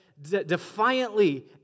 defiantly